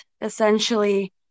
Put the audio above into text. essentially